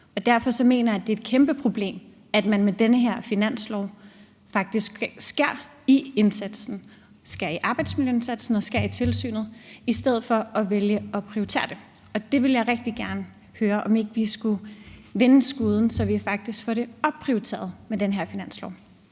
Derfor mener jeg, det er et kæmpe problem, at man med den her finanslov faktisk skærer i indsatsen, skærer i arbejdsmiljøindsatsen og skærer i tilsynet, i stedet for at vælge at prioritere det. Der vil jeg rigtig gerne høre, om ikke vi skulle vende skuden, så vi faktisk får det opprioriteret med den her finanslov.